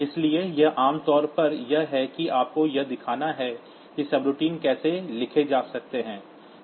इसलिए यह आम तौर पर यह है कि आपको यह दिखाना है कि सबरूटीन कैसे लिखे जा सकते हैं